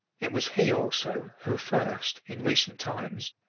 it was he also who first, in recent times,